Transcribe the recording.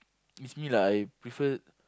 if me lah I prefer